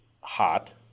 hot